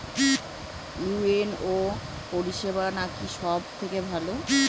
UNO পরিসেবা নাকি সব থেকে ভালো?